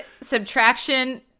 subtraction